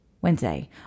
Wednesday